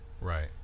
Right